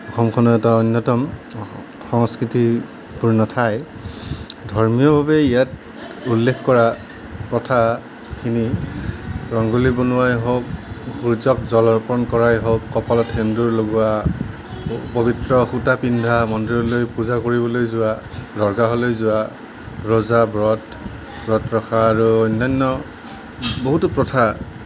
অসমখনো এটা অন্যতম সংস্কৃতিপূৰ্ণ ঠাই ধৰ্মীয়ভাৱে ইয়াত উল্লেখ কৰা প্ৰথাখিনি ৰংগোলী বনোৱাই হওক সূৰ্যক জল অৰ্পণ কৰাই হওক কপালত সেন্দুৰ লগোৱা পবিত্ৰ সূতা পিন্ধা মন্দিৰলৈ পূজা কৰিবলৈ যোৱা দৰগাহলৈ যোৱা ৰোজা ব্ৰত ব্ৰত ৰখা আৰু অন্যান্য বহুতো প্ৰথা